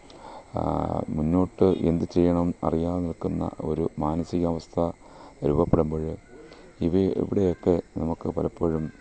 മുന്നോട്ട് എന്ത് ചെയ്യണം അറിയാതെ നിൽക്കുന്ന ഒരു മാനസികാവസ്ഥ രൂപപ്പെടുമ്പോൾ ഇവ ഇവിടെയൊക്കെ നമുക്ക് പലപ്പോഴും